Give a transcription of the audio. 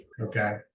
okay